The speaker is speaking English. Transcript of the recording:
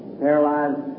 paralyzed